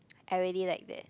I really like that